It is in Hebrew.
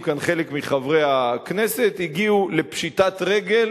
כאן חלק מחברי הכנסת הגיעו לפשיטת רגל